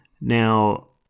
Now